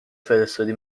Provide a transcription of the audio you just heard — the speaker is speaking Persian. فرستادی